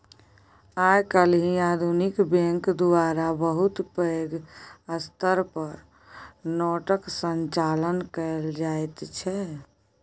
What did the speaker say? आइ काल्हि आधुनिक बैंक द्वारा बहुत पैघ स्तर पर नोटक संचालन कएल जाइत छै